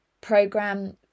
program